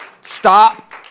Stop